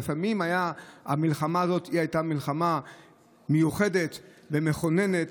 המלחמה הזו הייתה מלחמה מיוחדת ומכוננת,